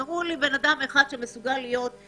תראו לי בן אדם אחד שיכול לעמוד